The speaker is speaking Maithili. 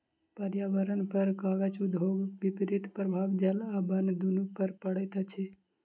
पर्यावरणपर कागज उद्योगक विपरीत प्रभाव जल आ बन दुनू पर पड़ैत अछि